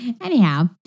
Anyhow